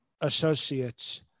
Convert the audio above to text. associates